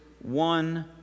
one